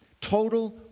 total